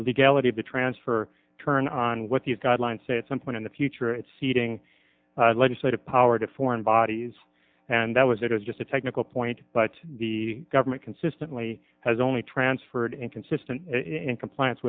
the legality of the transfer turn on what these guidelines say at some point in the future it's ceding legislative power to foreign bodies and that was it was just a technical point but the government consistently has only transferred in consistent in compliance